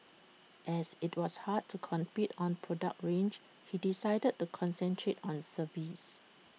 as IT was hard to compete on product range he decided to concentrate on service